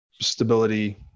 stability